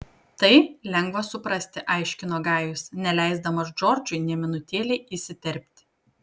tai lengva suprasti aiškino gajus neleisdamas džordžui nė minutėlei įsiterpti